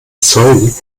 zeugen